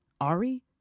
Ari